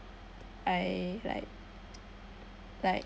I like like